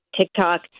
TikTok